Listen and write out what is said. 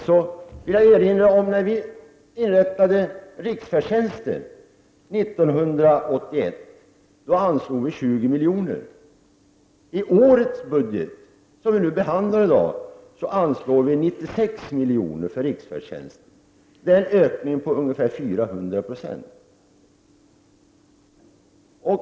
Men jag vill erinra om att vi, när vi inrättade riksfärdtjänsten 1981, anslog 20 miljoner. I årets budget, som vi behandlar i dag, anslår vi 96 miljoner för riksfärdtjänsten. Det är en ökning på ungefär 400 90.